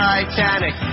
Titanic